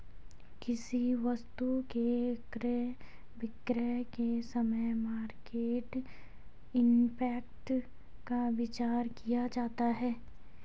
किसी वस्तु के क्रय विक्रय के समय मार्केट इंपैक्ट का विचार किया जाता है